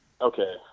okay